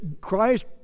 Christ